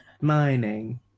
Mining